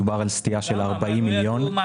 מדובר על סטייה של 40 מיליון שקלים.